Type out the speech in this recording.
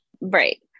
right